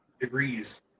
degrees